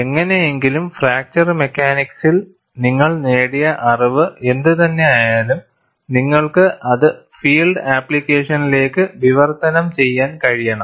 എങ്ങനെയെങ്കിലും ഫ്രാക്ചർ മെക്കാനിക്സിൽ നിങ്ങൾ നേടിയ അറിവ് എന്തുതന്നെയായാലും നിങ്ങൾക്ക് അത് ഫീൽഡ് ആപ്ലിക്കേഷനിലേക്ക് വിവർത്തനം ചെയ്യാൻ കഴിയണം